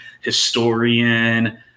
historian